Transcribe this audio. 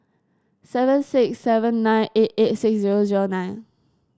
seven six seven nine eight eight six zero zero nine